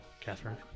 Catherine